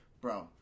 bro